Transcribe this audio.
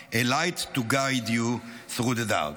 a light to guide you through the dark.